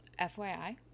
FYI